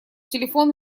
телефон